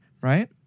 right